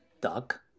duck